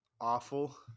awful